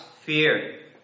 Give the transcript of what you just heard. fear